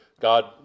God